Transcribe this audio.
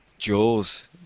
Jaws